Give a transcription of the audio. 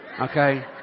Okay